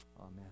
Amen